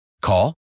Call